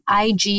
IG